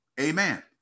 amen